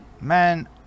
man